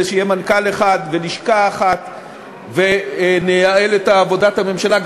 שיהיה מנכ"ל אחד ולשכה אחת ונייעל את עבודת הממשלה.